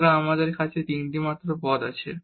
সুতরাং আমাদের এখানে মাত্র তিনটি পদ আছে